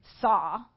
saw